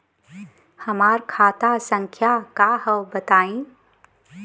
हमार खाता संख्या का हव बताई?